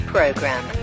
Program